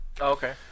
Okay